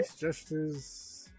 gestures